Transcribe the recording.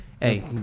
Hey